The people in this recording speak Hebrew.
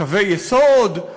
קווי יסוד,